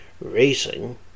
racing